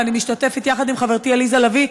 ואני משתתפת יחד עם חברתי עליזה לביא,